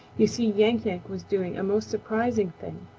you see, yank-yank was doing a most surprising thing,